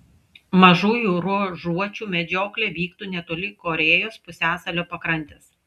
mažųjų ruožuočių medžioklė vyktų netoli korėjos pusiasalio pakrantės